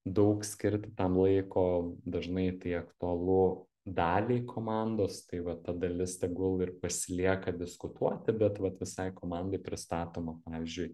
daug skirti tam laiko dažnai tai aktualu daliai komandos tai va ta dalis tegul ir pasilieka diskutuoti bet vat visai komandai pristatoma pavyzdžiui